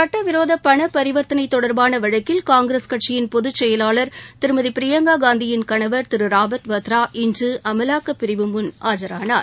சட்டவிரோத பண பரிவர்த்தனை தொடர்பான வழக்கில் காங்கிரஸ் கட்சியின் பொதுச்செயலாளர் திருமதி பிரியங்கா காந்தியின் கணவர் திரு ராபாட் வாத்ரா இன்று அமலாக்கப்பிரிவு முன் ஆஜரானார்